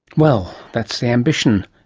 well, that's the ambition.